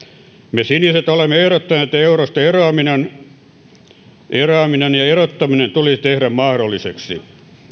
me siniset olemme ehdottaneet että eurosta eroaminen ja erottaminen tulisi tehdä mahdolliseksi